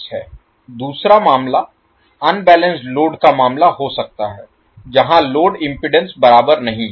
दूसरा मामला unbalanced load का मामला हो सकता है जहां लोड इम्पीडेन्स बराबर नहीं हैं